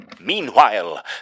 Meanwhile